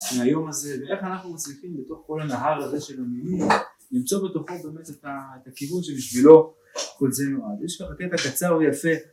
מהיום הזה ואיך אנחנו מצליחים בתוך כל הנהר הזה של המילים למצוא בתוכו באמת את הכיוון שבשבילו כל זה נועד יש ככה קטע קצר יפה